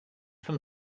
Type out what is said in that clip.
from